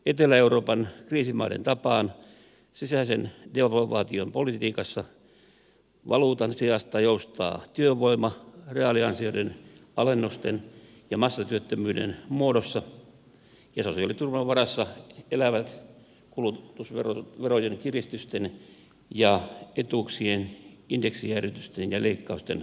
etelä euroopan kriisimaiden tapaan sisäisen devalvaation politiikassa valuutan sijasta joustaa työvoima reaaliansioiden alennusten ja massatyöttömyyden muodossa ja sosiaaliturvan varassa elävät kulutusverojen kiristysten ja etuuksien indeksijäädytysten ja leikkausten seurauksena